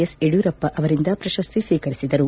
S Yediyurappa ಅವರಿಂದ ಪ್ರಶಸ್ತಿ ಸ್ವೀಕರಿಸಿದರು